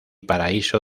paraíso